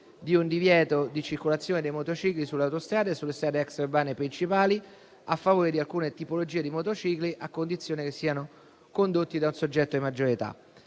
di un divieto di circolazione dei motocicli sulle autostrade e sulle strade extraurbane principali a favore di alcune tipologie di motocicli, a condizione che siano condotti da un soggetto di maggiore età.